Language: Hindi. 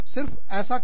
सिर्फ ऐसा करो